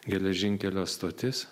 geležinkelio stotis